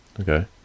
Okay